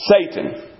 Satan